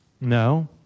No